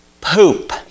poop